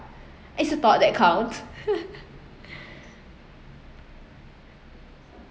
it's the thought that counts